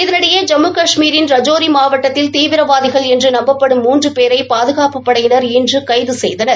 இதனிடையே ஜம்மு கஷ்மீரின் ரஜோரி மாவட்டத்தில் தீவிரவாதிகள் என்று நம்பப்படும் மூன்று பேரை பாதுகாப்புப்படையினர் இன்று கைது செய்தனர்